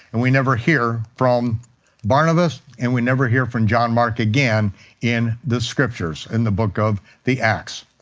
and we never hear from barnabas, and we never hear from john mark again in the scriptures, in the book of the acts.